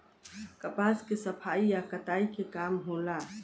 कपास के सफाई आ कताई के काम होला